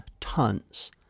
tons